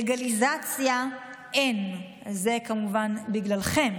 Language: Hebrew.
לגליזציה אין, זה כמובן בגללכם,